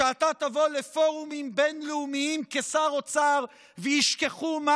שאתה תבוא לפורומים בין-לאומיים כשר אוצר וישכחו מה